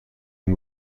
این